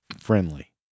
friendly